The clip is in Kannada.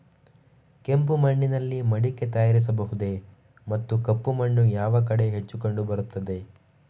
ಕೆಂಪು ಮಣ್ಣಿನಲ್ಲಿ ಮಡಿಕೆ ತಯಾರಿಸಬಹುದೇ ಮತ್ತು ಕಪ್ಪು ಮಣ್ಣು ಯಾವ ಕಡೆ ಹೆಚ್ಚು ಕಂಡುಬರುತ್ತದೆ?